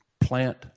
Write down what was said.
Plant